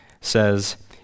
says